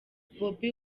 bobi